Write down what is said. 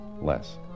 Less